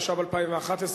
התשע"ב 2011,